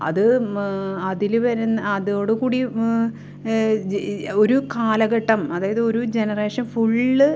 അത് അതിൽ വരുന്ന അതോടു കൂടി ജി ഒരു കാലഘട്ടം അതായതൊരു ജനറേഷൻ ഫുള്ള്